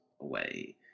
away